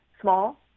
small